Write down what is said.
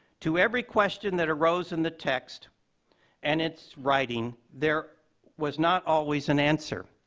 to every question that arose in the text and its writing, there was not always an answer.